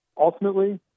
ultimately